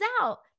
out